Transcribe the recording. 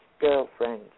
girlfriend